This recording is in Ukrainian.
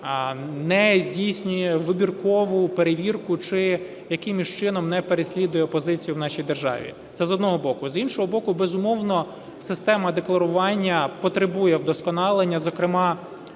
не здійснює вибіркову перевірку чи якимось чином не переслідує опозицію в нашій державі. Це з одного боку. З іншого боку, безумовно, система декларування потребує вдосконалення. Зокрема,